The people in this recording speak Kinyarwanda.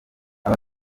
aba